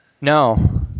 No